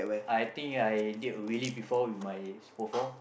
I think I did wheelie before with my super four